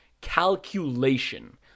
calculation